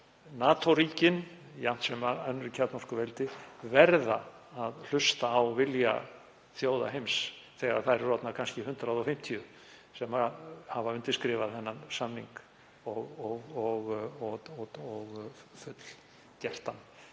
NATO-ríkin, jafnt sem önnur kjarnorkuveldi, verði að hlusta á vilja þjóða heims þegar þær eru orðnar kannski 150 sem hafa undirskrifað þennan samning og fullgilt